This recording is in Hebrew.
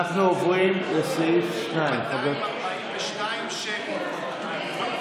אנחנו עוברים לסעיף 2. 242, שמית.